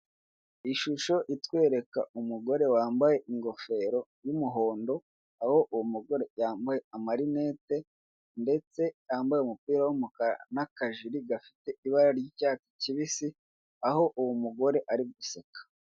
Ishusho itwereka umugore wambaye ingofero y'umuhondo aho uwo yambaye amarinete ndetse yambaye umupira w'umukara n'akajire gafite ibara ry'icyatsi kibisi aho uwo mugore ari guseka.